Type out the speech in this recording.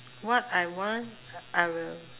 what I want I will